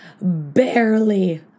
barely